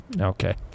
Okay